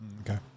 Okay